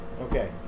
Okay